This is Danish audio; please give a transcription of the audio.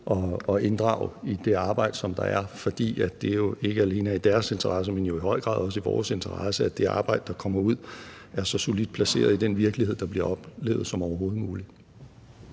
og inddrage i det arbejde, der er, fordi det jo ikke alene er i deres interesse, men i høj grad også i vores interesse, at det arbejde, der kommer ud, er så solidt placeret i den virkelighed, der bliver oplevet, som overhovedet muligt.